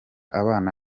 abana